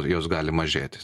jos gali mažėti